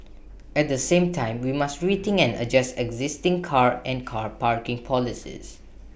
at the same time we must rethink and adjust existing car and car parking policies